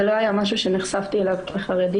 זה לא היה משהו שנחשפתי אליו כחרדית.